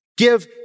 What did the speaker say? give